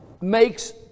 makes